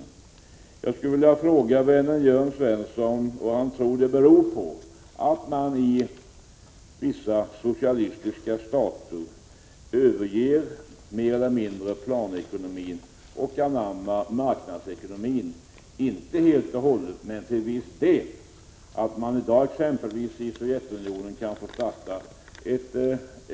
57 Jag skulle vilja fråga vännen Jörn Svensson vad han tror det beror på att man i vissa socialistiska stater mer eller mindre överger planekonomin och anammar marknadsekonomin, inte helt och hållet men till en viss del. I dag kan man i Sovjetunionen exempelvis få starta ett